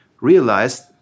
realized